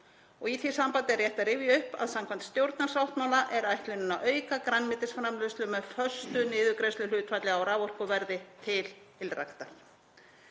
Í því sambandi er rétt að rifja upp að samkvæmt stjórnarsáttmála er ætlunin að auka grænmetisframleiðslu með föstu niðurgreiðsluhlutfalli á raforkuverði til ylræktar.